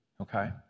okay